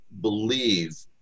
believe